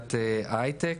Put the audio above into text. בתעשיית ההייטק.